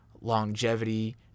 longevity